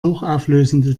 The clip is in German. hochauflösende